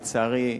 לצערי,